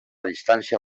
distància